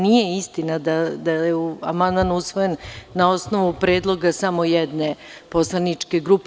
Nije istina da je amandman usvojen na osnovu predloga samo jedne poslaničke grupe.